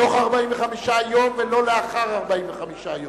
בתוך 45 יום ולא לאחר 45 יום.